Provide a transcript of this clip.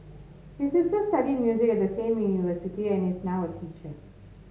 his sister studied music at the same university and is now a teacher